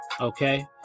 okay